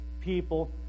people